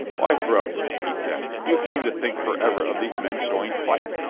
why, brookes, he said, you seem to think forever of these men showing fight.